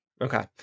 Okay